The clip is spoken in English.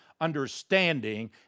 understanding